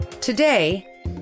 Today